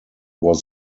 was